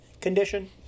condition